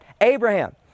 Abraham